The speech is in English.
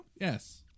Yes